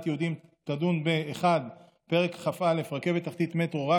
יהודיים תדון בפרק כ"א (רכבת תחתית (מטרו)),